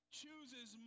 chooses